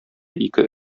ике